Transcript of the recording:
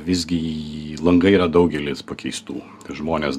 visgi j langai yra daugelis pakeistų žmones